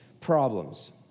problems